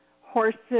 horses